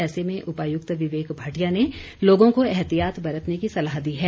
ऐसे में उपायुक्त विवेक भाटिया ने लोगों को एहतियात बरतने की सलाह दी है